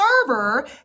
server